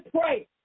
pray